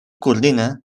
coordina